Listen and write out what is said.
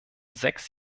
sechs